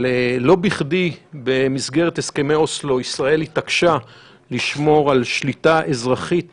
אבל לא בכדי במסגרת הסכמי אוסלו ישראל התעקשה לשמור על שליטה אזרחית